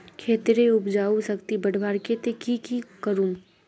खेतेर उपजाऊ शक्ति बढ़वार केते की की करूम?